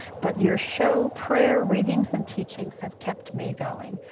but your show, prayer, readings and teachings has kept me going.